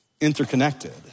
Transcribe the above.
interconnected